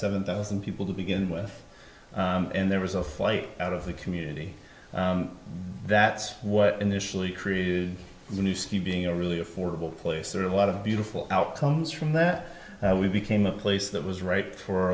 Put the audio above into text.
seven thousand people to begin with and there was a flight out of the community that's what initially created the new city being a really affordable place that a lot of beautiful outcomes from that we became a place that was right for